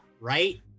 right